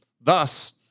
thus